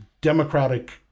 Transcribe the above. Democratic